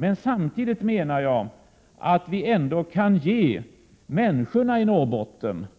Men samtidigt menar jag att vi ändå kan ge människorna